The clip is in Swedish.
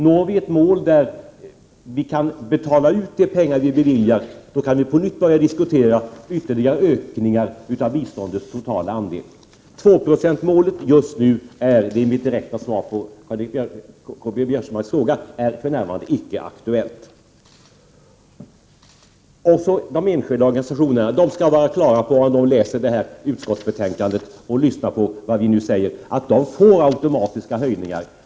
Når vi ett mål där vi kan betala ut de pengar vi beviljar, kan vi på nytt börja diskutera ytterligare ökningar av biståndets totala del. Tvåprocentsmålet är för närvarande — det är mitt direkta svar på Karl-Göran Biörsmarks fråga — icke aktuellt. De enskilda organisationerna skall, om de läser detta utskottsbetänkande och lyssnar på det vi nu säger, ha klart för sig att de får automatiska höjningar.